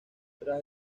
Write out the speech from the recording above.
tras